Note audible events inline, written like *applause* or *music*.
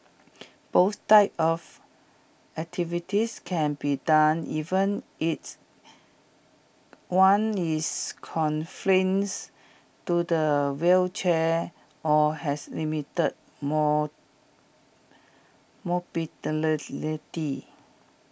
both types of activities can be done even its one is *unintelligible* to the wheelchair or has limited mall *unintelligible*